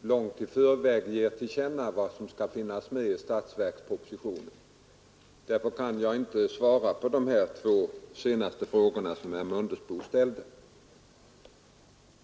långt i förväg ge till känna vad som skall finnas med i statsverkspropositionen. Därför kan jag inte svara på de två frågor som herr Mundebo ställde.